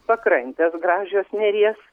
pakrantės gražios neries